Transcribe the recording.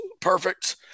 perfect